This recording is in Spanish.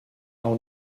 aún